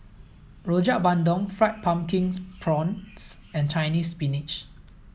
Rojak Bandung fried pumpkin prawns and Chinese spinach